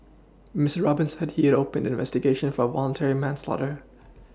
Mister Robin said he opened an investigation for voluntary manslaughter